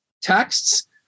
texts